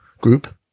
group